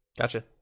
Gotcha